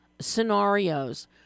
scenarios